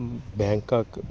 Bangkok